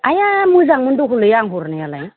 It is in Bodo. आया मोजांमोन दहलै आं हरनायालाय